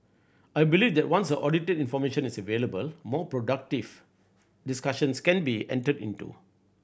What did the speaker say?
I believe that once audited information is available more productive discussions can be entered into